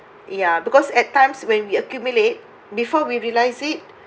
ya because at times when we accumulate before we realise it